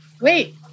wait